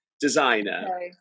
designer